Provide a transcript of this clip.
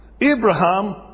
Abraham